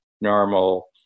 normal